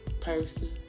person